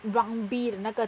rugby 的那个